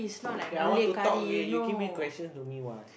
ya I want to talk okay you give me question to me what